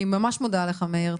אני ממש מודה לך, מאיר.